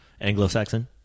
anglo-saxon